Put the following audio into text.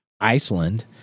Iceland